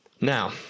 Now